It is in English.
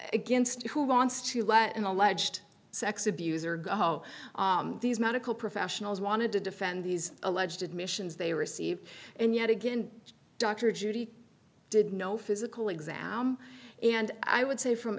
against who wants to let an alleged sex abuser go these medical professionals wanted to defend these alleged admissions they received and yet again dr judy did no physical exam and i would say from